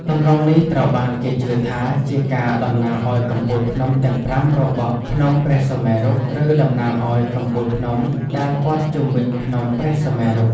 ទម្រង់នេះត្រូវបានគេជឿថាជាការតំណាងឱ្យកំពូលភ្នំទាំងប្រាំរបស់ភ្នំព្រះសុមេរុ ឬតំណាងឱ្យកំពូលភ្នំដែលព័ទ្ធជុំវិញភ្នំព្រះសុមេរុ។